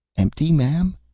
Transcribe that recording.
empty, ma'am?